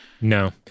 no